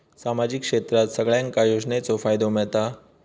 सामाजिक क्षेत्रात सगल्यांका योजनाचो फायदो मेलता?